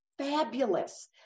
fabulous